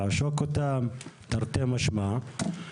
לעשוק אותם תרתי משמע.